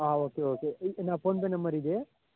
okay okay నా PhonePe number ఇదే